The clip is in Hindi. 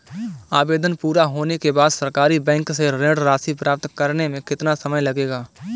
आवेदन पूरा होने के बाद सरकारी बैंक से ऋण राशि प्राप्त करने में कितना समय लगेगा?